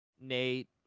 Nate